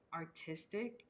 artistic